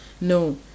no